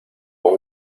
con